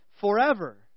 forever